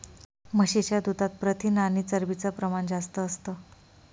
म्हशीच्या दुधात प्रथिन आणि चरबीच प्रमाण जास्त असतं